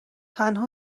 تنها